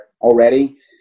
already